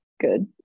good